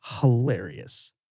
hilarious